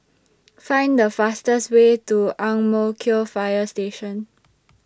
Find The fastest Way to Ang Mo Kio Fire Station